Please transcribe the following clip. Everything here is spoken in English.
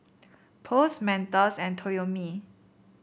Post Mentos and Toyomi